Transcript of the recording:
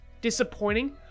disappointing